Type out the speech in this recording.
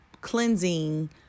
cleansing